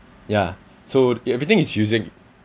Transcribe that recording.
ya so it everything is using